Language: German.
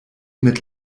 mit